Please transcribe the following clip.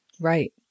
Right